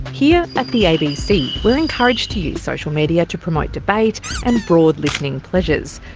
here at the abc we're encouraged to use social media to promote debate and broad listening pleasures.